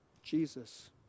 Jesus